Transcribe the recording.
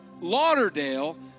Lauderdale